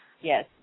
Yes